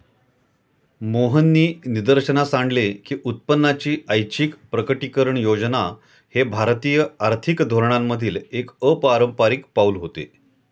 मोहननी निदर्शनास आणले की उत्पन्नाची ऐच्छिक प्रकटीकरण योजना हे भारतीय आर्थिक धोरणांमधील एक अपारंपारिक पाऊल होते